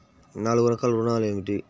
నాలుగు రకాల ఋణాలు ఏమిటీ?